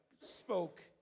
spoke